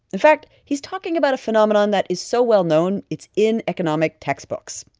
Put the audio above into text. in fact, he's talking about a phenomenon that is so well known it's in economic textbooks,